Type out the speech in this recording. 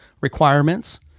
requirements